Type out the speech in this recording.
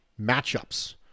matchups